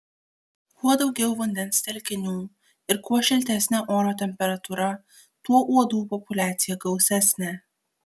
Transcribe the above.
kuo daugiau vandens telkinių ir kuo šiltesnė oro temperatūra tuo uodų populiacija gausesnė